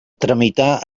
tramitar